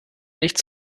nicht